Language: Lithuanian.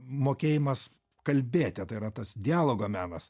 mokėjimas kalbėti tai yra tas dialogo menas